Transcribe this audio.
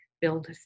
build